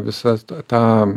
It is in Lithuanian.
visas tą